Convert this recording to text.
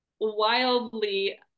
wildly